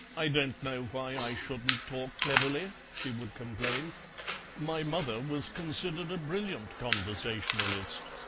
i don't know why i shouldn't talk cleverly, she would complain my mother was considered a brilliant conversationalist.